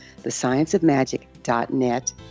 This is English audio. TheScienceOfMagic.net